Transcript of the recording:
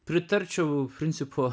pritarčiau iš principo